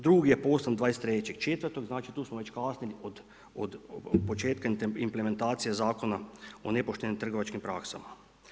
Drugi je poslan 23.4., znači tu smo već kasnili od početka implementacije Zakona o nepoštenim trgovačkim praksama.